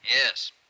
Yes